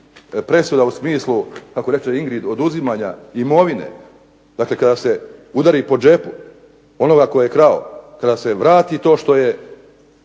presuda u smislu kako reče Ingrid, oduzimanja imovine, dakle kada se udari po džepu onoga tko je krao, kada se vrati ono što je